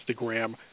Instagram